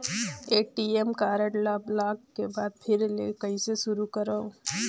ATM card ल block के बाद फिर ले कइसे शुरू करव?